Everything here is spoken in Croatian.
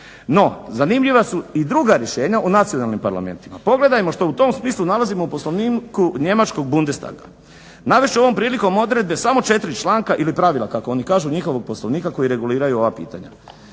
No, zanimljiva su i druga rješenja u nacionalnim parlamentima. Pogledajmo što u tom smislu nalazimo u poslovniku njemačkog Bundestaga. Navest ću ovom prilikom odredbe samo četiri članka ili pravila kako oni kažu njihovog Poslovnika koji reguliraju ova pitanja.